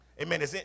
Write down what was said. Amen